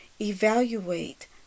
evaluate